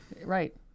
right